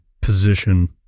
position